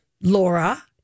Laura